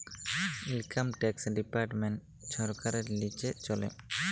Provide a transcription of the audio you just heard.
income tax department ছরকারের লিচে চলে